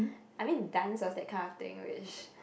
I mean dance of that kind of thing which